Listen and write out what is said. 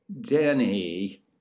Danny